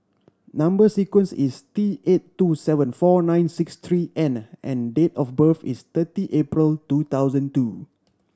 number sequence is T eight two seven four nine six three N and date of birth is thirty April two thousand two